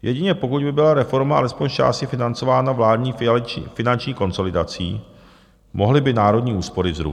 Jedině pokud by byla reforma alespoň zčásti financována vládní finanční konsolidací, mohly by národní úspory vzrůst.